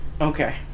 Okay